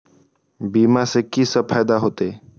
बीमा से की सब फायदा होते?